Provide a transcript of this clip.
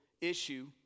issue